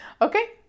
Okay